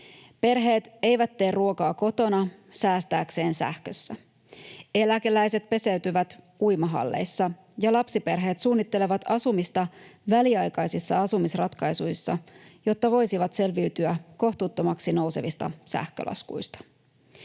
Perheet eivät tee ruokaa kotona säästääkseen sähkössä. Eläkeläiset peseytyvät uimahalleissa, ja lapsiperheet suunnittelevat asumista väliaikaisissa asumisratkaisuissa, jotta voisivat selviytyä kohtuuttomaksi nousevista sähkölaskuista.